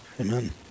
Amen